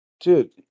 Dude